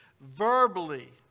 verbally